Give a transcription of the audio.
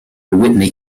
whitney